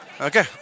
Okay